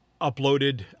uploaded